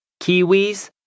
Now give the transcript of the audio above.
kiwis